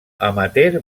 amateur